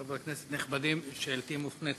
חברי הכנסת הנכבדים, שאלתי מופנית